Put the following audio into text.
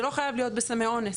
זה לא חייב להיות בסמי אונס,